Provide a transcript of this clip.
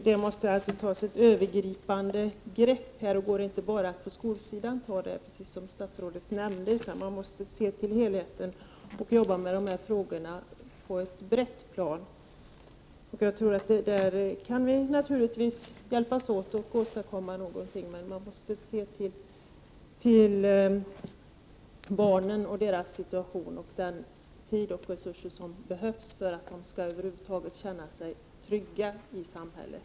Det måste alltså tas ett övergripande grepp i fråga om detta. Detta grepp kan inte bara tas på skolsidan, vilket statsrådet nämnde, utan man måste se till helheten och arbeta med dessa frågor på ett brett plan. Jag tror att vi kan hjälpas åt och åstadkomma något, men man måste alltså se till barnen och deras situation och ge dem den tid och de resurser som de behöver för att de skall känna sig trygga i samhället.